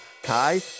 Kai